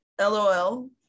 LOL